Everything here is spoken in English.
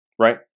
Right